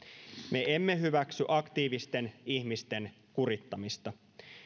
me emme hyväksy aktiivisten ihmisten kurittamista